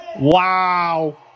Wow